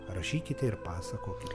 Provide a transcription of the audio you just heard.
rašykite ir pasakokite